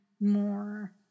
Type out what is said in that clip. more